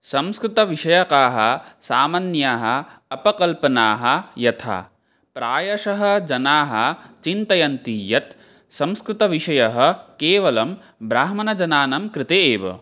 संस्कृतविषयकाः सामान्याः अपकल्पनाः यथा प्रायशः जनाः चिन्तयन्ति यत् संस्कृतविषयः केवलं ब्राह्मणजनानां कृते एव